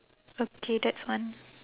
okay that's one